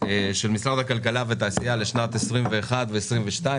של משרד הכלכלה והתעשייה לשנת 2021 ו-2022,